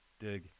dig